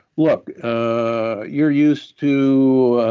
look ah you're used to,